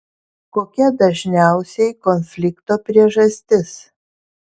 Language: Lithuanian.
kokia dažniausiai konflikto priežastis